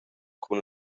cun